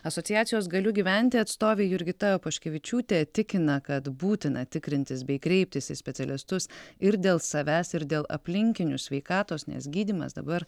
asociacijos galiu gyventi atstovė jurgita poškevičiūtė tikina kad būtina tikrintis bei kreiptis į specialistus ir dėl savęs ir dėl aplinkinių sveikatos nes gydymas dabar